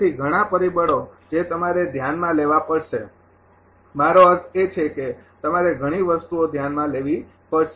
તેથી ઘણા પરિબળો જે તમારે ધ્યાનમાં લેવા પડશે મારો અર્થ એ છે કે તમારે ઘણી વસ્તુઓ ધ્યાનમાં લેવી પડશે